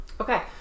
Okay